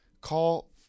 Call